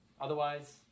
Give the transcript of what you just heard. Otherwise